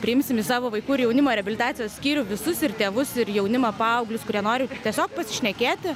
priimsim į savo vaikų ir jaunimo reabilitacijos skyrių visus ir tėvus ir jaunimą paauglius kurie nori tiesiog pasišnekėti